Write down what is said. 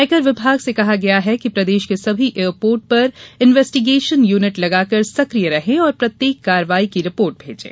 आयकर विभाग से कहा गया कि प्रदेश के सभी एयरपोर्ट पर इन्वेस्टिगेशन यूनिट लगातार सक्रिय रहें और प्रत्येक कार्यवाही की रिपोर्ट भेजें